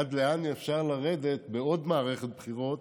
עד לאן אפשר לרדת בעוד מערכת בחירות.